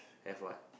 have what